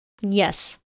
Yes